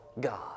God